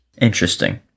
Interesting